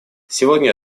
сегодня